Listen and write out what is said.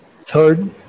Third